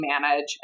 manage